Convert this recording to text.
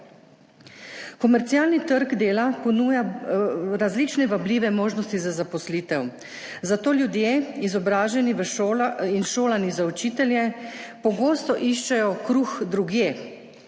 Komercialni trg dela ponuja različne vabljive možnosti za zaposlitev, zato ljudje, izobraženi v šolah in šolanih za učitelje, pogosto iščejo kruh drugje.